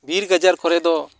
ᱵᱤᱨ ᱜᱟᱡᱟᱨ ᱠᱚᱨᱮᱫᱚ